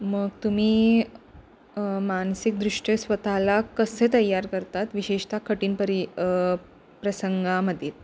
मग तुम्ही मानसिकदृष्ट्या स्वतःला कसे तयार करतात विशेषता कठीण परि प्रसंगामध्ये